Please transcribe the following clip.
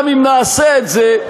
גם אם נעשה את זה,